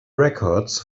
records